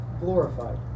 glorified